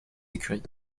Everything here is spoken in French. écuries